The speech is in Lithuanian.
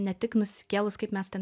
ne tik nusikėlus kaip mes ne ten